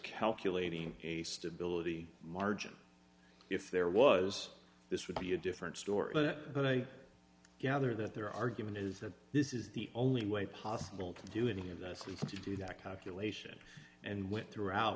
calculating a stability margin if there was this would be a different story but i gather that their argument is that this is the only way possible to do any of that it's legal to do that calculation and went throughout